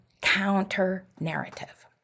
counter-narrative